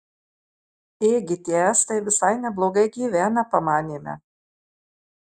ėgi tie estai visai neblogai gyvena pamanėme